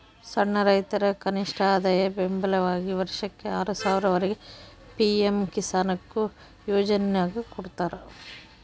ಸಣ್ಣ ರೈತರ ಕನಿಷ್ಠಆದಾಯ ಬೆಂಬಲವಾಗಿ ವರ್ಷಕ್ಕೆ ಆರು ಸಾವಿರ ವರೆಗೆ ಪಿ ಎಂ ಕಿಸಾನ್ಕೊ ಯೋಜನ್ಯಾಗ ಕೊಡ್ತಾರ